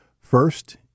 first